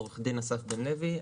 עו"ד אסף בן לוי,